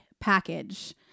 package